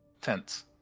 tents